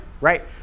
Right